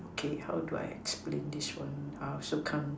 okay how do I explain this one I also can't